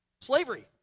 Slavery